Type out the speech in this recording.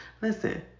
Listen